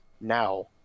now